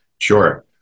Sure